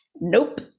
Nope